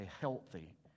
healthy